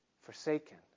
forsaken